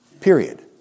period